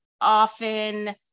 often